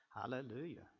Hallelujah